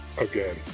Again